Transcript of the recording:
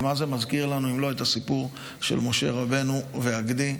ומה זה מזכיר לנו אם לא את הסיפור של משה רבנו והגדי,